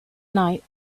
night